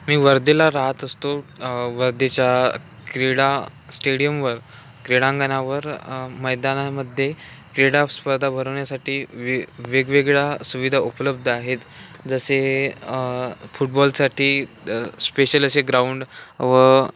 मी वर्धेला राहत असतो वर्धेच्या क्रीडा स्टेडियमवर क्रीडांगणावर मैदानामध्ये क्रीडा स्पर्धा भरवण्यासाठी वे वेगवेगळ्या सुविधा उपलब्ध आहेत जसे फुटबॉलसाठी स्पेशल असे ग्राउंड व